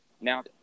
Now